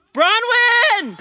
Bronwyn